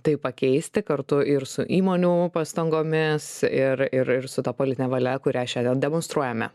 tai pakeisti kartu ir su įmonių pastangomis ir ir su ta politine valia kurią šiandien demonstruojame